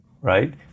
right